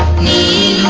me